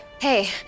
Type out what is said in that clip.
hey